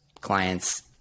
clients